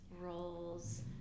roles